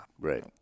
right